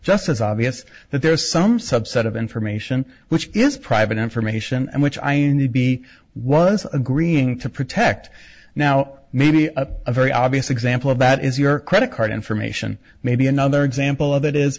as obvious that there's some subset of information which is private information and which i knew he was agreeing to protect now maybe up a very obvious example of that is your credit card information maybe another example of it is